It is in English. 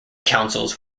councils